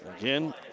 again